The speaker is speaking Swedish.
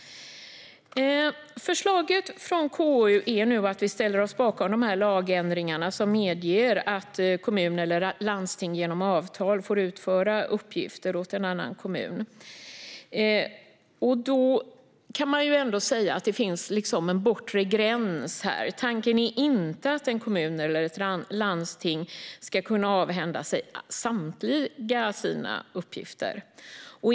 Förslaget från KU är att vi ställer oss bakom de här lagändringarna, som medger att kommun eller landsting genom avtal får utföra uppgifter åt en annan kommun. Då kan man ändå säga att det finns en bortre gräns här; tanken är inte att en kommun eller ett landsting ska kunna avhända sig samtliga sina uppgifter.